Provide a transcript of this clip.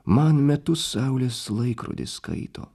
man metus saulės laikrodis skaito